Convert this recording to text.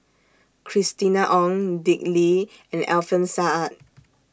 Christina Ong Dick Lee and Alfian Sa'at